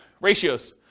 ratios